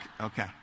okay